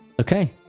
okay